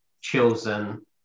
chosen